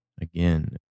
Again